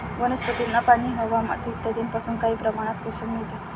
वनस्पतींना पाणी, हवा, माती इत्यादींपासून काही प्रमाणात पोषण मिळते